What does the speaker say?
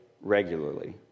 regularly